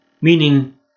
meaning